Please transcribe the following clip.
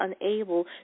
unable